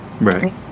Right